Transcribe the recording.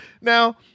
Now